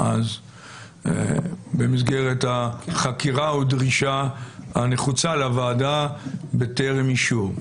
במסגרת החקירה או הדרישה הנחוצה לוועדה בטרם אישור.